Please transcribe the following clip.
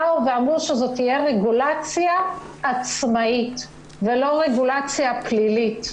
באו ואמרו שזו תהיה רגולציה עצמאית ולא רגולציה פלילית.